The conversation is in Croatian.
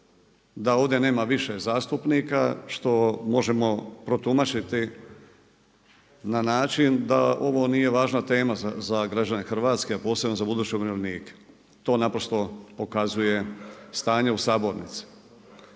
da ovdje nema više zastupnika što možemo protumačiti na način da ovo nije važna tema za građane Hrvatske, a posebno za buduće umirovljenike. To naprosto pokazuje stanje u sabornici.